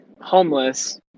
homeless